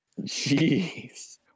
Jeez